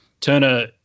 Turner